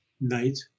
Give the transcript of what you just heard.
night